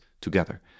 together